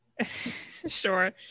Sure